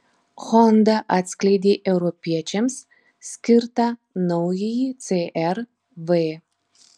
honda atskleidė europiečiams skirtą naująjį cr v